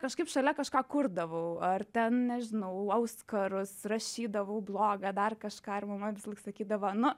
kažkaip šalia kažką kurdavau ar ten nežinau auskarus rašydavau blogą dar kažką ir mama visąlaik sakydavo nu